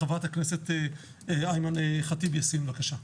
חברת הכנסת אימאן ח'טיב יאסין, בקשה.